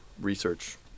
Research